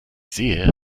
sehe